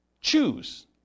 choose